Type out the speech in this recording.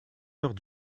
heures